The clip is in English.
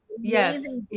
Yes